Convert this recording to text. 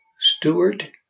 Stewart